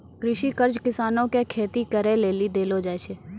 कृषि कर्ज किसानो के खेती करे लेली देलो जाय छै